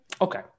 Okay